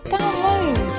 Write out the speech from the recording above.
Download